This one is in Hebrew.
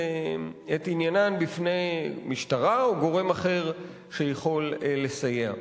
עניינן בפני משטרה או גורם אחר שיכול לסייע.